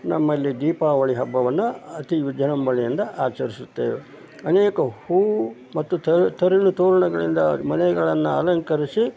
ನಮ್ಮಲ್ಲಿ ದೀಪಾವಳಿ ಹಬ್ಬವನ್ನು ಅತಿ ವಿಜೃಂಭಣೆಯಿಂದ ಆಚರಿಸುತ್ತೇವೆ ಅನೇಕ ಹೂ ಮತ್ತು ತಳಿರು ತೋರಣಗಳಿಂದ ಮನೆಗಳನ್ನು ಅಲಂಕರಿಸಿ